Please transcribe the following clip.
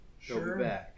Sure